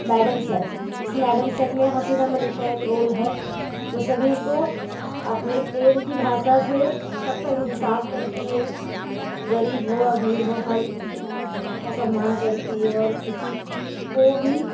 madam sir इस madam sir में हसीना मलिक का एक रोल है वो सभी को अपने प्रेम कि भाषा से सब का ही इंसाफ़ करती है ग़रीब हो अमीर हो हर किसी का सम्मान करती है और किसी को भी